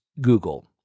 Google